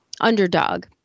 underdog